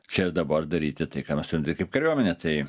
čia ir dabar daryti tai ką mes turim daryt kaip kariuomenė tai